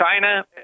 China